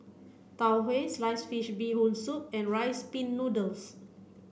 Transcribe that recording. Tau Huay sliced fish bee hoon soup and rice pin noodles